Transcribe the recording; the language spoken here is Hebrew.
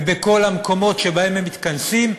ובכל המקומות שבהם הם מתכנסים,